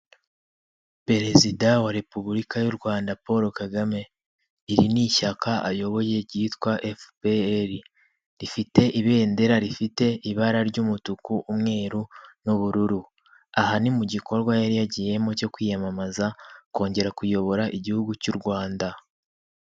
Perezida wa repubulika y'u Rwanda Paul Kagame. Iri ni ishyaka ayoboye ryitwa Efuperi, rifite ibendera rifite ibara ry'umutuku, umweru n'ubururu. Aha ni mu gikorwa yari yagiyemo cyo kwiyamamaza, kongera kuyobora igihugu cy'u Rwanda.